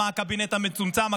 מה הקבינט המצומצם,